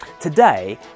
Today